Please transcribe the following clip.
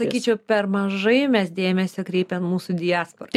sakyčiau per mažai mes dėmesį kreipiam į mūsų diasporą